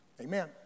Amen